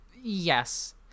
Yes